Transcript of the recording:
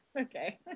okay